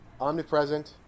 omnipresent